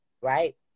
Right